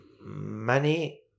Money